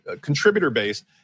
contributor-based